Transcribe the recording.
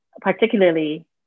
particularly